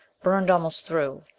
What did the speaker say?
burned almost through.